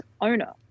owner